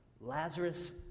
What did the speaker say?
Lazarus